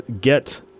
get